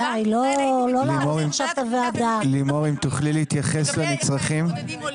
ככל שמשרד הביטחון יחליט לסבסד את עלות הביטוח,